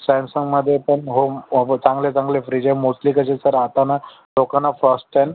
सॅमसंगमध्ये पण होम चांगलं चांगले चांगले फ्रिज आहे मोस्टली कसे सर आता ना लोकांना फस्टहँड